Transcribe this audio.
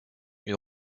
une